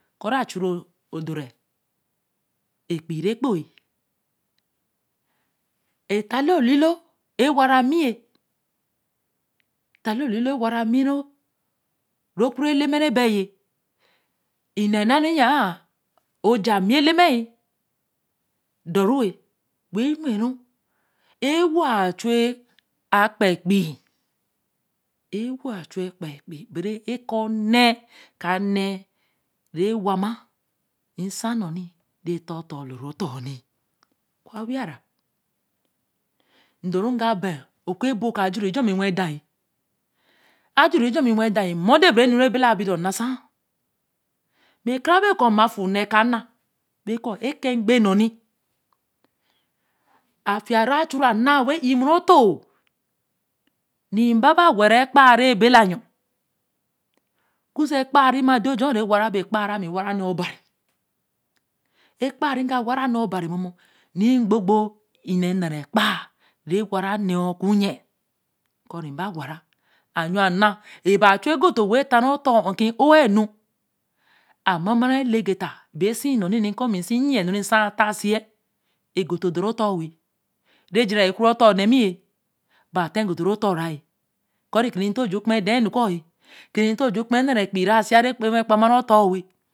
Eko re a-chuu ru dora epéíí ré ekpo, etale oli e wa ra mi a terle oli loo ra ku edbme ne ojoda mmi eleme do ru wen, were wen ru e-we a-chun akba epei, e-uso a-chun a-laba epei bere eko ne ka nee re wama nsan riñon ra ta uton lor ru tonni, o kal a wiya ra, ndoruga ba oku bol to aflu rejajon me wen dan, a jurejujon mi wenda-n emt cle bare nure bala bo cho na saa ekarabe ko ma fu nee e-ka na wen ko e ke ape nño ni, a fiya a fhe re a na wen inn moru otoh, re ba bawara ekpa ãr rebela yo, ekuse ekpa re ma de ojon, rkpa rami ware nee obari, ekpa re ga Wara née obari mo mo re gbogbo inn ne nara ekpa ra wa ra nee oku yen re ba wara yo ann e ba chu go to wen tãa ru o ton oki õ wai enu, a ma-ma ra ene geta re sí bi ko bi se yi yen nu re nsan a ta se yea e go to cho ru o ton we, rajira re e ku ra uton wen na mi yea, bate go toral otonra er kerekiretorn ju kpen daã nu ko wen, ko bo ju kpen da ma epeii rase yaru o ton.